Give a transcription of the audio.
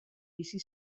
bizi